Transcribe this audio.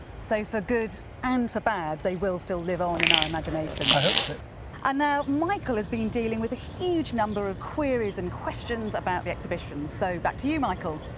so for good and for bad they will still live on in our imaginations. i hope so and now michael has been dealing with a huge number of queries and questions about the exhibition so back to you michael!